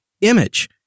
image